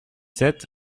sept